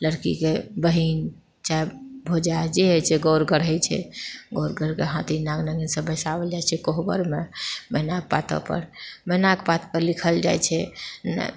लड़कीके बहिन चाहे भौजाइ जे होइत छै गौर गढ़ैत छै गौर गढ़िके हाथी नाग नागिन सभ बैसाओल जाइत छै कोहबरमे मैनाके पात पर मैनाके पात पर लिखल जाइत छै